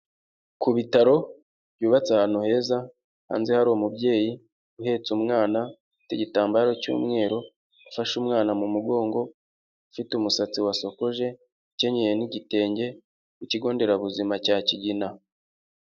Ku bitaro byubatse ahantu heza, hanze hari umubyeyi uhetse umwana, ufite igitambaro cy'umweru, ufashe umwana mu mugongo, ufite umusatsi wasokoje, ukenyeye n'igitenge, ku kigo nderabuzima cya Kigina.